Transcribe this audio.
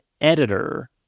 editor